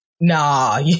nah